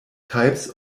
types